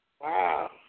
wow